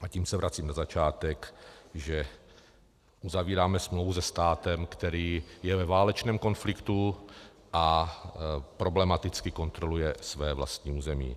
A tím se vracím na začátek, že uzavíráme smlouvu se státem, který je ve válečném konfliktu a problematicky kontroluje své vlastní území.